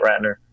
Ratner